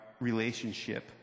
relationship